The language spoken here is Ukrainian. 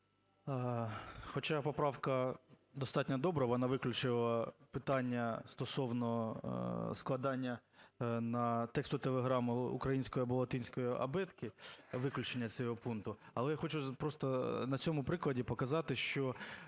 Хоча поправка достатньо добра, вона виключила питання стосовно складання тексту телеграми українською або латинською абетки, виключення з цього пункту. Але я хочу просто на цьому прикладі показати, що,